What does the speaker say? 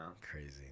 crazy